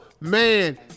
man